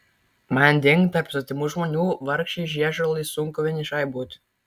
manding tarp svetimų žmonių vargšei žiežulai sunku vienišai būti